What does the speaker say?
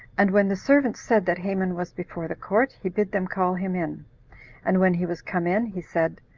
and when the servants said that haman was before the court, he bid them call him in and when he was come in, he said,